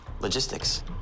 logistics